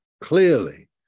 clearly